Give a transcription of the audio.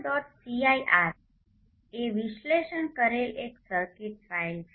cir એ વિશ્લેષણ કરેલ એક સર્કિટ ફાઇલ છે